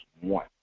one